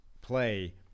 play